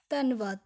ਧੰਨਵਾਦ